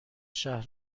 شهر